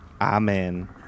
Amen